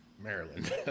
Maryland